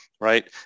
right